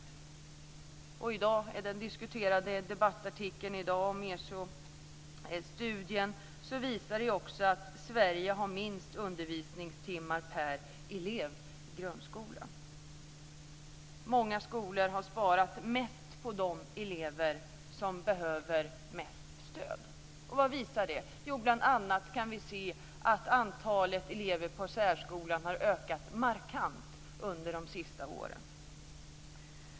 I dag har vi kunnat ta del av en diskuterad debattartikel om ESO-studien som visar att Sverige har minsta antalet undervisningstimmar per elev i grundskolan. Många skolor har sparat mest på de elever som behöver mest stöd. Vad visar det? Jo, bl.a. kan vi se att antalet elever i särskolan har ökat markant under de senaste åren.